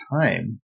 time